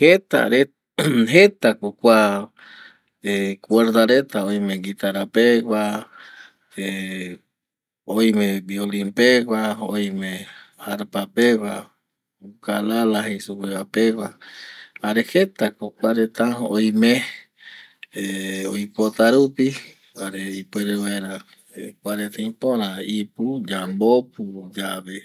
Jeta reta, jeta ko kua cuerda reta oime nguitara pegua oime violin pegua, oime arpa pegua, ukalala jei supe va pegua jare jeta ko kua reta oime oipota rupi jare ipuere vaera kuareta ipora ipu yambopu yave